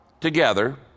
together